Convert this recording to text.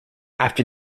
after